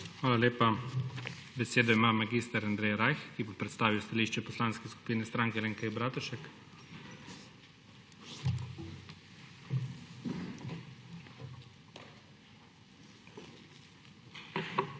Hvala lepa. Besedo ima mag. Andrej Rajh, ki bo predstavil stališče Poslanske skupine Stranke Alenke Bratušek. **MAG.